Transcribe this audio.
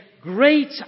Great